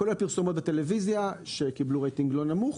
כולל פרסומות בטלוויזיה שקיבלו רייטינג לא נמוך.